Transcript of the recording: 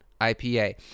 IPA